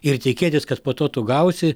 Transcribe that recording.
ir tikėtis kad po to tu gausi